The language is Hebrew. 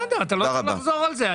אתה לא צריך לחזור על זה.